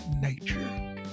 nature